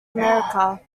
america